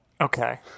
Okay